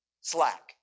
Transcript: slack